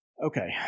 Okay